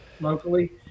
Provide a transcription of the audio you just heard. locally